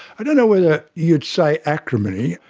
i don't know whether you'd say acrimony.